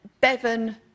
Bevan